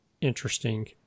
interesting